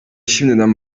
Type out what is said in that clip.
şimdiden